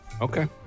Okay